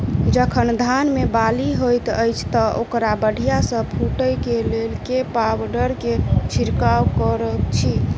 जखन धान मे बाली हएत अछि तऽ ओकरा बढ़िया सँ फूटै केँ लेल केँ पावडर केँ छिरकाव करऽ छी?